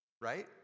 right